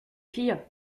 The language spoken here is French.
filles